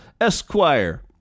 Esquire